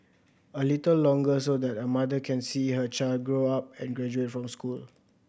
a little longer so that a mother can see her child grow up and graduate from school